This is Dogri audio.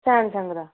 सैमसंग दा